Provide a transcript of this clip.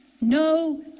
No